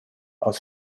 aus